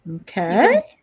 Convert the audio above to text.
Okay